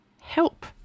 help